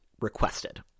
requested